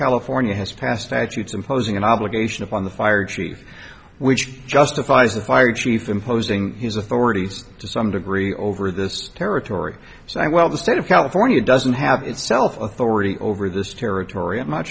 california has passed actually it's imposing an obligation upon the fire chief which justifies the fire chief imposing his authorities to some degree over this territory so i well the state of california doesn't have itself authority over this territory i'm not